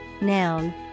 noun